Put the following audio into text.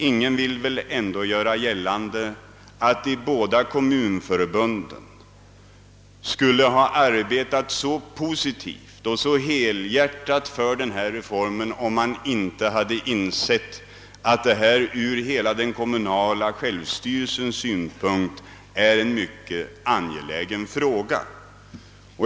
Ingen vill väl ändå göra gällande att de båda kommunförbunden skulle ha arbetat så positivt och helhjärtat för denna reform, om man inte hade ansett att denna ur hela den kommunala självstyrelsens synpunkt är en mycket angelägen fråga.